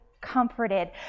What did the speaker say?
comforted